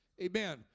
Amen